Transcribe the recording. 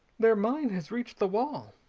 their mine has reached the wall!